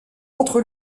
entre